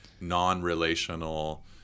non-relational